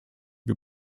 wir